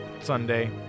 Sunday